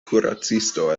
kuracisto